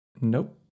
Nope